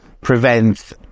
prevents